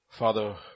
Father